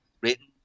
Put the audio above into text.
written